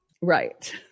Right